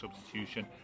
substitution